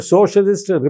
Socialist